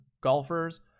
golfers